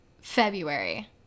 February